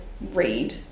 read